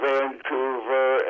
Vancouver